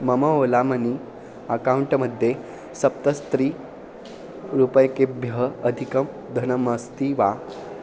मम Ola money account मध्ये सप्तषष्ठी रूप्यकेभ्यः अधिकं धनमस्ति वा